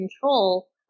control